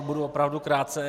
Budu opravdu krátce.